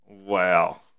Wow